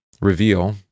reveal